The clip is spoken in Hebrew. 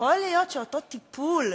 יכול להיות שאותו טיפול,